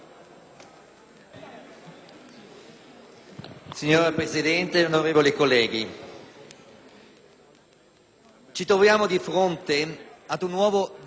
Signora Presidente, onorevoli colleghi, ci troviamo di fronte ad un nuovo decreto-legge